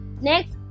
Next